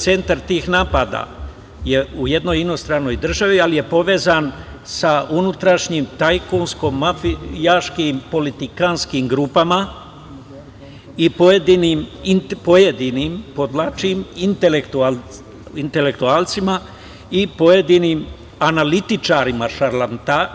Centar tih napada je u jednoj inostranoj državi, ali je povezan sa unutrašnjim tajkunsko-mafijaškim politikanskim grupama i pojedinim, podvlačim, intelektualcima i pojedinim analitičarima